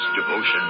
devotion